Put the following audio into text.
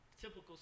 typical